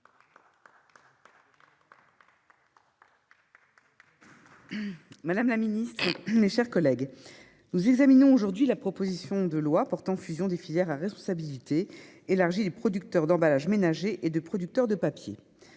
madame la secrétaire d'État, mes chers collègues, nous examinons aujourd'hui la proposition de loi portant fusion des filières à responsabilité élargie des producteurs d'emballages ménagers et des producteurs de papier.